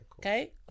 Okay